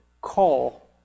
call